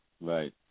Right